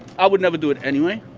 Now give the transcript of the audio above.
i would never do it anyway,